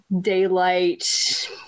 daylight